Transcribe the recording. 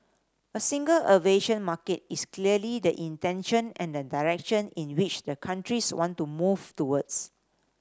a single aviation market is clearly the intention and the direction in which the countries want to move towards